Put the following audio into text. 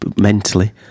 mentally